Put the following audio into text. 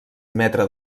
metre